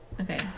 Okay